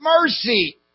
mercy